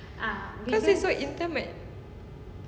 because it's so intimate